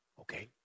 okay